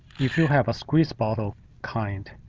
if you have a squeeze bottle kind,